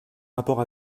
rapports